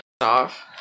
off